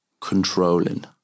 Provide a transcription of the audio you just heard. controlling